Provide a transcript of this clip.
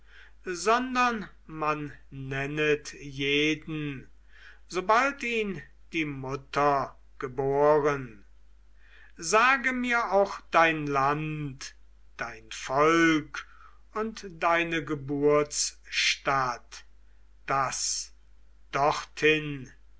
sondern man nennet jeden sobald ihn die mutter geboren sage mir auch dein land dein volk und deine geburtsstadt daß